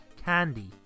candy